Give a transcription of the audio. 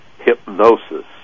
hypnosis